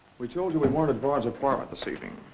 we told you we weren't at bard's apartment this evening.